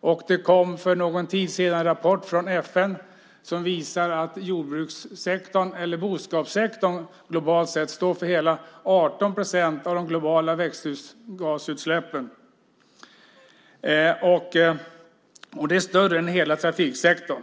Och det kom för någon tid sedan en rapport från FN som visar att jordbrukssektorn eller boskapssektorn, globalt sett, står för hela 18 procent av de globala växthusgasutsläppen. Det är större än hela trafiksektorn.